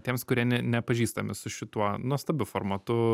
tiems kurie ne nepažįstami su šituo nuostabiu formatu